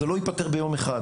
זה לא ייפתר ביום אחד,